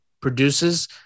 produces